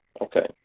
Okay